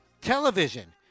Television